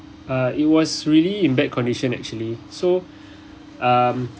uh it was really in bad condition actually so um